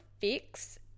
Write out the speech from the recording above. fix